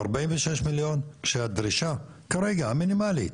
46 מיליון, כשהדרישה כרגע, המינימלית,